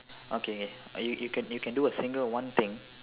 okay uh you you can you can do a single one thing